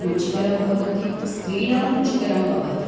रुचिकरं भवति स्त्रीणां रुचिकरं भवति